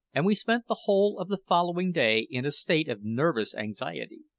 and we spent the whole of the following day in a state of nervous anxiety.